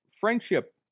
Friendship